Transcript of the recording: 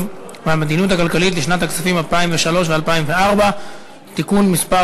והמדיניות הכלכלית לשנות הכספים 2003 ו-2004) (תיקון מס'